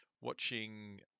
Watching